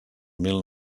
mil